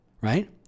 right